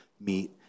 meet